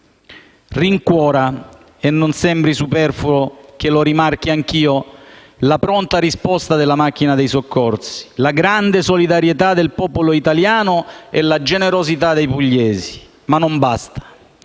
Rincuorano - non sembri superfluo che lo rimarchi anche io - la pronta risposta della macchina dei soccorsi, la grande solidarietà del popolo italiano e la generosità dei pugliesi; ma non basta: